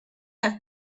have